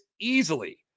easily